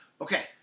Okay